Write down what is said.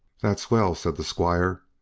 that's well, said the squire,